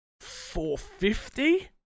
450